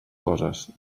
coses